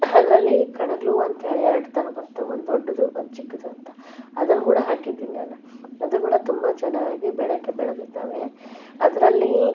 ಅದರಲ್ಲಿ ಕಣಗಿಲೆ ಹೂವು ಅಂತೇಳಿ ಎರಡು ಥರ ಬರ್ತವೆ ಒಂದು ದೊಡ್ಡದು ಒಂದು ಚಿಕ್ಕದು ಅಂತ ಅದನ್ನು ಕೂಡ ಹಾಕಿದ್ದೀನ್ ನಾನು ಅದೂ ಕೂಡ ತುಂಬ ಚೆನ್ನಾಗಿ ಬೆಳಕ ಬೆಳೆದಿದ್ದಾವೆ ಅದರಲ್ಲಿ